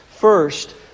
First